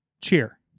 cheer